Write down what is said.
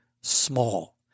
small